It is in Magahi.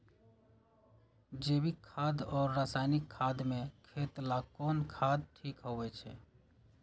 जैविक खाद और रासायनिक खाद में खेत ला कौन खाद ठीक होवैछे?